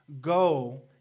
go